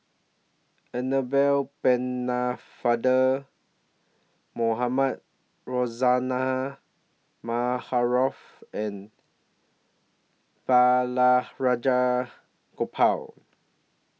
Annabel Pennefather Mohamed Rozani Maarof and Balraj Gopal